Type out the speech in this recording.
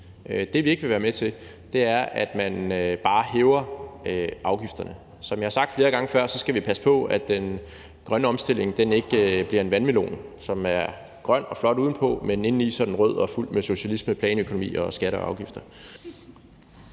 Det, vi ikke vil være med til, er, at man bare hæver afgifterne. Som jeg har sagt flere gange før, skal vi passe på, at den grønne omstilling ikke bliver en vandmelon, som er grøn og flot udenpå, men indeni er rød og fuld af socialisme, planøkonomi og skatter og afgifter.